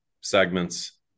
segments